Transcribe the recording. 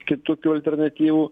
kitokių alternatyvų